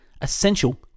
essential